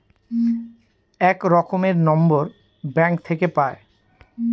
এক রকমের number bank থাকে পাই